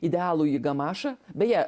idealųjį gamašą beje